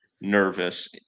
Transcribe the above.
nervous